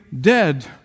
dead